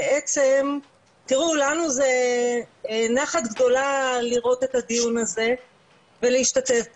בעצם תראו לנו זה נחת גדולה לראות את הדיון הזה ולהשתתף בו,